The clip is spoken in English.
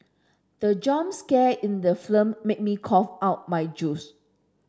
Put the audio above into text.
the jump scare in the film made me cough out my juice